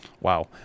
wow